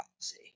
policy